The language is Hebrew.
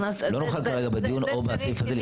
לא נוכל כרגע בדיון או בסעיף הזה לפתור את הכול .